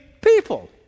people